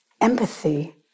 empathy